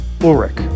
Ulrich